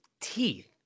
teeth